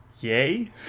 yay